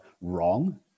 wrong